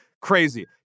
Crazy